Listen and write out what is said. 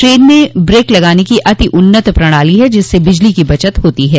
train में brake लगाने की अति उन्नत प्रणाली है जिससे बिजली की बचत होती है